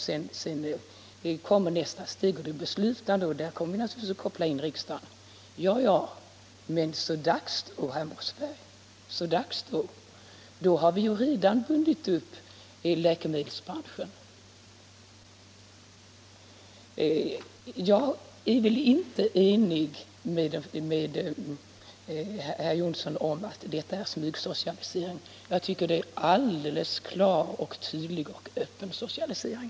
Sedan kommer nästa steg, det beslutande, och där kommer vi naturligvis att koppla in riksdagen, säger han. Ja, men det är så dags då, herr Mossberg. Då har vi redan bundit upp läkemedelsbrånschen. Jag är inte ense med herr Jonsson i Alingsås om att detta är smygsocialisering. Jag tycker att det är helt klar och tydlig och öppen socialisering.